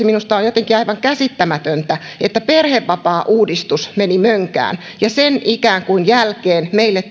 minusta on jotenkin aivan käsittämätöntä että perhevapaauudistus meni mönkään ja ikään kuin sen jälkeen meille